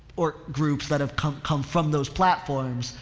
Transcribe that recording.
or groups that have come, come from those platforms,